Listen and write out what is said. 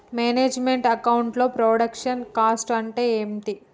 Manage meant account లో production cost అంటే ఏమిటి?